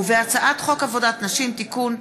ובהצעת חוק עבודת נשים (תיקון,